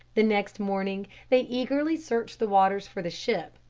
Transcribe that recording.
the next morning they eagerly searched the waters for the ship.